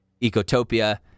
Ecotopia